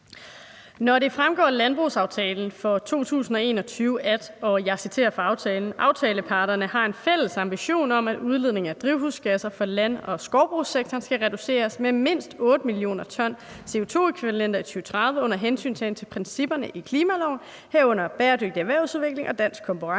Når det fremgår af landbrugsaftalen fra 2021, at »Aftaleparterne har en fælles ambition om, at udledningen af drivhusgasser for land- og skovbrugssektoren skal reduceres med mindst 8 mio. t. CO2e i 2030 under hensyntagen til principperne i klimaloven, herunder bæredygtig erhvervsudvikling og dansk konkurrencekraft,